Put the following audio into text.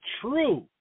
true